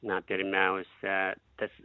na pirmiausia tas